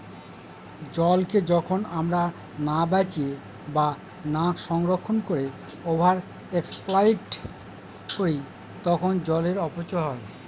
জলকে যখন আমরা না বাঁচিয়ে বা না সংরক্ষণ করে ওভার এক্সপ্লইট করি তখন জলের অপচয় হয়